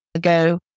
go